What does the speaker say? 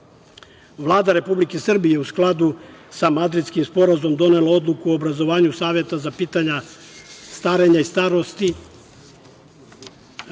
Republike Srbije u skladu sa Madridskim sporazumom donela je odluku o obrazovanju Saveta za pitanja starenja i starosti